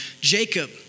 Jacob